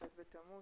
כ"ט בתמוז,